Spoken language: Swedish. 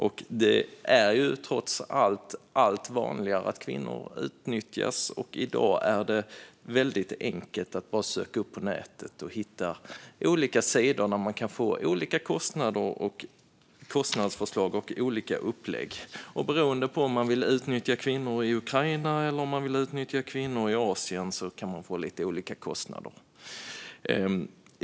Det blir ju allt vanligare att kvinnor utnyttjas. I dag är det väldigt enkelt att bara söka på nätet och hitta olika sidor där man kan få olika kostnadsförslag och olika upplägg. Beroende på om man vill utnyttja kvinnor i Ukraina eller om man vill utnyttja kvinnor i Asien kan man få lite olika kostnader.